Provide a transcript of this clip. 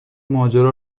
ماجرا